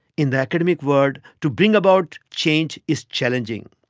in the academic world, to bring about change is challenging.